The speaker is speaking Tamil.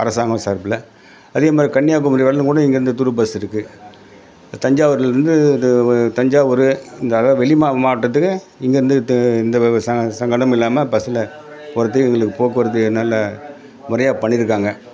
அரசாங்கம் சார்பில் அதே மாதிரி கன்னியாகுமாரி வரைலும் கூட இங்கேருந்து துரு பஸ் இருக்குது தஞ்சாவூர்லேந்து இது வ தஞ்சாவூர் இருந்தால வெளிமாக மாவட்டத்துக்கு இங்கேருந்து த இந்த வ வ ச சங்கடமும் இல்லாமல் பஸ்ஸுல் போகிறதுக்கு எங்களுக்கு போக்குவரத்து நல்லா முறையாக பண்ணிருக்காங்க